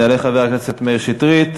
יעלה חבר הכנסת מאיר שטרית.